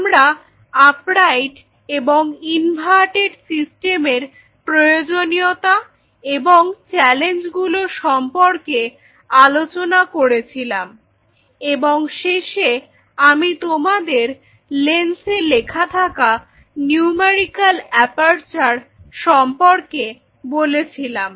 আমরা upright এবং inverted সিস্টেমের প্রয়োজনীয়তা এবং চ্যালেঞ্জগুলো সম্পর্কে আলোচনা করেছিলাম এবং শেষে আমি তোমাদের লেন্সে লেখা থাকা নিউমারিকাল অ্যাপারচার সম্পর্কে বলেছিলাম